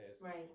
Right